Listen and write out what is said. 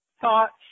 thoughts